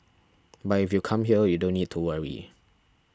but if you come here you don't need to worry